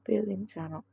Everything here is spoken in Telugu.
ఉపయోగించాను